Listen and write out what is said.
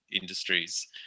industries